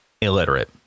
illiterate